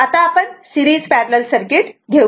आणि आता series parallel circuit घेऊ